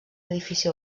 edifici